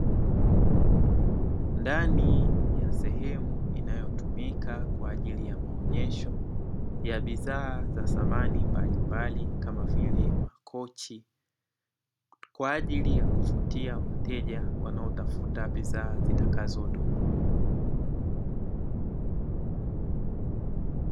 Ndani ya sehemu inayotumika kwa ajili ya maonyesho ya bidhaa za samani mbalimbali kama vile makochi kwa ajili ya kuvutia wateja wanaotafuta bidhaa zitakazodumu.